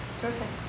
perfect